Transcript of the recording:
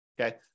Okay